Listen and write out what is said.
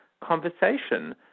conversation